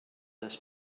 this